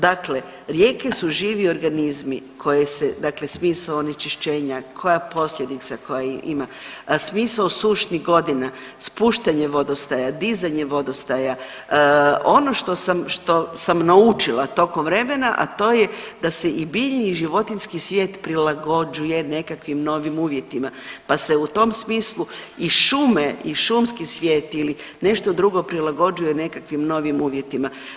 Dakle, rijeke su živi organizmi koje se dakle smisao onečišćenja koja posljedice koja ima, smisao sušnih godina, spuštanje vodostaja, dizanje vodostaja, ono što sam naučila tokom vremena, a to je da se i biljni i životinjski svijet prilagođuje nekakvim novim uvjetima, pa se u tom smislu i šume i šumski svijet ili nešto drugo prilagođuje nekakvim novim uvjetima.